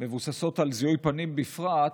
שמבוססות על זיהוי פנים בפרט,